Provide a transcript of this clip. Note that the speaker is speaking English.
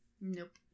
Nope